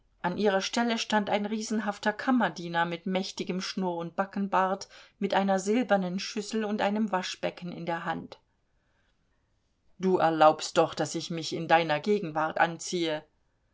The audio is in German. an ihrer stelle stand ein riesenhafter kammerdiener mit mächtigem schnurr und backenbart mit einer silbernen schüssel und einem waschbecken in der hand du erlaubst doch daß ich mich in deiner gegenwart anziehe